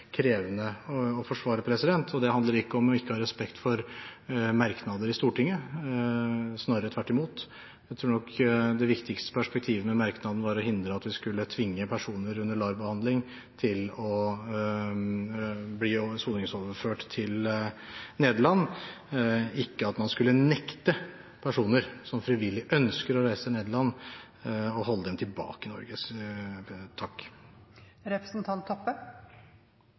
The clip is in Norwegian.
krevende å forsvare. Det handler ikke om ikke å ha respekt for merknader i Stortinget, snarere tvert imot. Jeg tror nok det viktigste perspektivet med merknaden var å hindre at vi skulle tvinge personer under LAR-behandling til å bli soningsoverført til Nederland, ikke at man skulle holde personer, som frivillig ønsker å reise til Nederland,